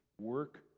work